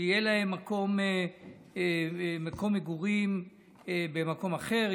שיהיה להם מקום מגורים במקום אחר,